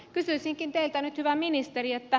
kysyisinkin teiltä nyt hyvä ministeri